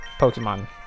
Pokemon